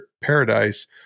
paradise